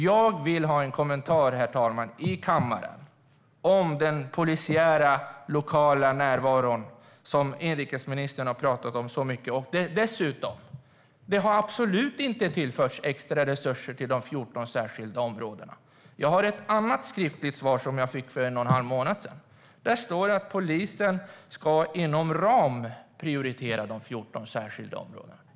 Jag vill ha en kommentar, herr talman, här i kammaren om den polisiära lokala närvaron som inrikesministern har pratat om så mycket. Dessutom har det absolut inte tillförts extra resurser till de 14 särskilda områdena. I ett skriftligt svar som jag fick för en och en halv månad sedan står det att polisen ska inom ramen prioritera de 14 särskilda områdena.